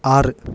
ആറ്